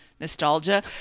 nostalgia